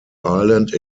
island